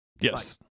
Yes